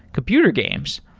computer games.